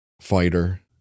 fighter